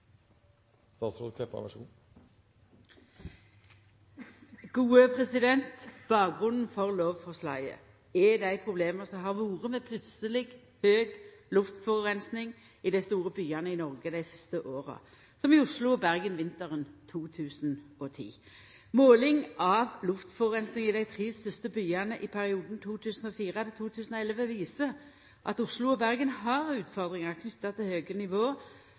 dei problema som har vore med plutseleg, høg luftforureining i dei store byane i Noreg dei siste åra, som i Oslo og Bergen vinteren 2010. Måling av luftforureining i dei tre største byane i perioden 2004–2011 viser at Oslo og Bergen har utfordringar knytt til høge nivå